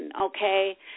okay